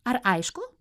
ar aišku